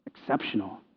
exceptional